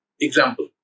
example